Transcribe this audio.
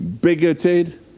bigoted